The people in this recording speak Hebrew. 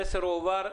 המסר הועבר.